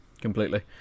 completely